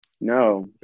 no